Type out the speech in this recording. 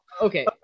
okay